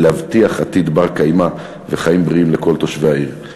להבטיח עתיד בר-קיימא וחיים בריאים לכל תושבי העיר.